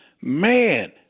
man